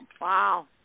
Wow